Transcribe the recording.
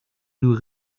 nous